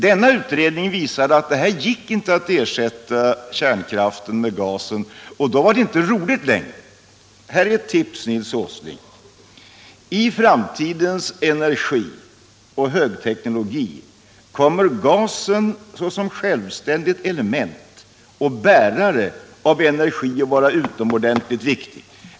Denna utredning visade att det inte gick att ersätta kärnkraften med gas, och'då var det inte roligt längre. Här är ett tips, Nils Åsling! Inom framtidens energi och högteknologi kommer gasen som självständigt element och bärare av energi att vara utomordentligt viktig.